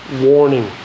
warning